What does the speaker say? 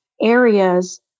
areas